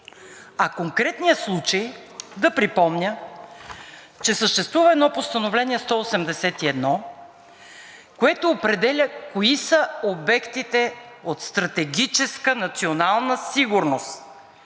по конкретния случай да припомня, че съществува едно Постановление № 181, което определя кои са обектите от стратегическа национална сигурност.